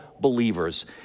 believers